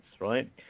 right